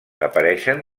apareixen